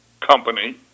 company